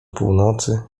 północy